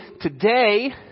today